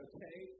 Okay